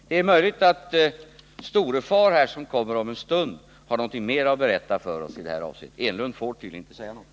Det är möjligt att Storefar, som kommer om en stund, har något mer att berätta för oss i detta avseende. Eric Enlund får tydligen inte säga någonting.